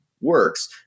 works